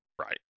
Right